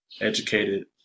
educated